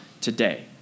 today